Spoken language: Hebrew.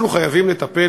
אנחנו חייבים לטפל,